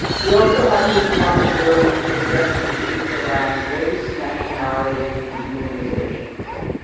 we also have the responsibility to address the issues around race, nationality, and demonization.